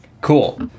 Cool